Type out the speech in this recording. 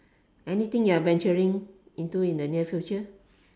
anything you're venturing into in the near future